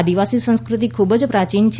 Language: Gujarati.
આદિવાસી સંસ્ક્રતિ ખૂબ જ પ્રાચીન છે